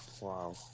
Wow